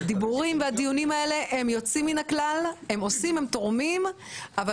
הדיבורים והדיונים האלה הם יוצאים מן הכלל; הם עושים ותורמים אבל